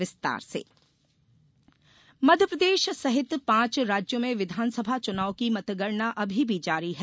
रूझान प्रदेश स्तर मध्यप्रदेश सहित पांच राज्यों में विधानसभा चुनाव की मतगणना अभी भी जारी है